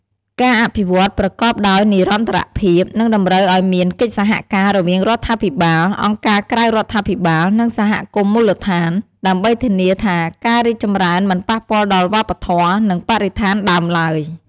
ការអភិវឌ្ឍន៍ប្រកបដោយនិរន្តរភាពនឹងតម្រូវឱ្យមានកិច្ចសហការរវាងរដ្ឋាភិបាល អង្គការក្រៅរដ្ឋាភិបាល និងសហគមន៍មូលដ្ឋាន ដើម្បីធានាថាការរីកចម្រើនមិនប៉ះពាល់ដល់វប្បធម៌ និងបរិស្ថានដើមឡើយ។